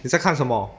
你在看什么